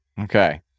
Okay